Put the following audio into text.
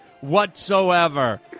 whatsoever